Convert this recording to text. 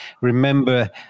remember